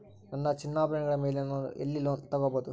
ನನ್ನ ಚಿನ್ನಾಭರಣಗಳ ಮೇಲೆ ನಾನು ಎಲ್ಲಿ ಲೋನ್ ತೊಗೊಬಹುದು?